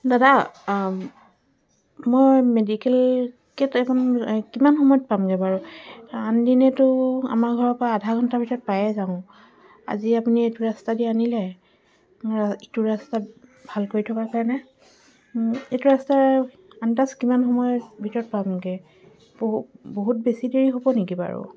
দাদা মই মেডিকেল কেব এখন কিমান সময়ত পামগৈ বাৰু আন দিনেতো আমাৰ ঘৰৰ পৰা আধা ঘণ্টাৰ ভিতৰত পায়ে যাওঁ আজি আপুনি এইটো ৰাস্তাদি আনিলে ইটো ৰাস্তাত ভাল কৰি থকা কাৰণে এইটো ৰাস্তাৰ আন্দাজ কিমান সময়ৰ ভিতৰত পামগৈ বহু বহুত বেছি দেৰি হ'ব নেকি বাৰু